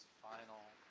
final